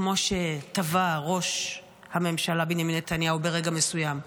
כמו שטבע ראש הממשלה בנימין נתניהו ברגע מסוים,